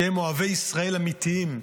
שהם אוהבי ישראל אמיתיים,